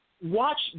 Watch